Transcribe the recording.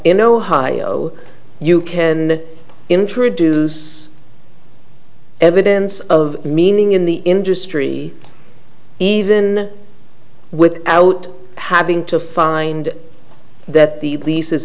in ohio you can introduce evidence of meaning in the industry even without having to find that the lease